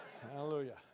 Hallelujah